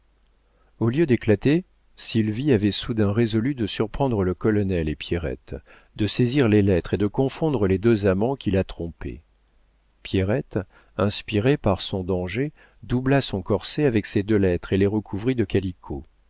au lieu d'éclater sylvie avait soudain résolu de surprendre le colonel et pierrette de saisir les lettres et de confondre les deux amants qui la trompaient pierrette inspirée par son danger doubla son corset avec ses deux lettres et les recouvrit de calicot